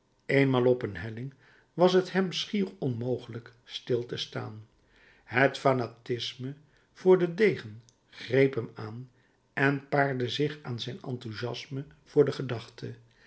eenmaal op een helling was het hem schier onmogelijk stil te staan het fanatisme voor den degen greep hem aan en paarde zich aan zijn enthousiasme voor de gedachte